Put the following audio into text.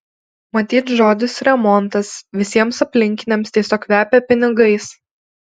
matyt žodis remontas visiems aplinkiniams tiesiog kvepia pinigais